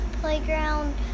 playground